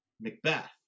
Macbeth